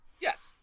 Yes